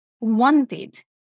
wanted